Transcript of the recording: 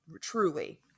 Truly